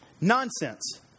Nonsense